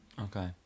Okay